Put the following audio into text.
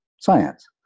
science